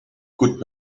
could